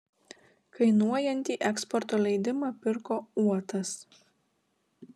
kainuojantį eksporto leidimą pirko uotas